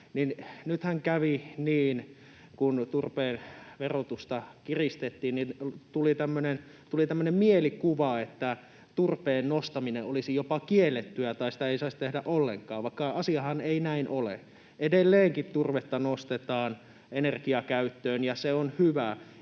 Nythän kävi niin, kun turpeen verotusta kiristettiin, että tuli tämmöinen mielikuva, että turpeen nostaminen olisi jopa kiellettyä tai sitä ei saisi tehdä ollenkaan, vaikka asiahan ei näin ole. Edelleenkin turvetta nostetaan energiakäyttöön, ja se on hyvä.